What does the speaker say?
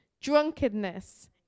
drunkenness